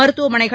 மருத்துவமனைகள்